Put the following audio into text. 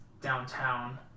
downtown